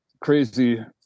crazy